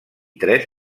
tres